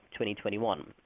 2021